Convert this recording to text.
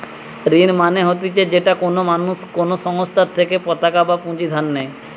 ঋণ মানে হতিছে যেটা কোনো মানুষ কোনো সংস্থার থেকে পতাকা বা পুঁজি ধার নেই